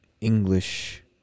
english